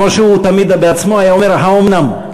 כמו שהוא תמיד בעצמו היה אומר: האומנם?